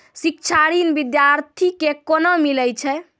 शिक्षा ऋण बिद्यार्थी के कोना मिलै छै?